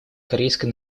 корейской